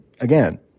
again